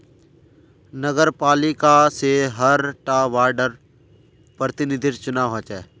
नगरपालिका से हर टा वार्डर प्रतिनिधिर चुनाव होचे